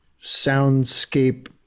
soundscape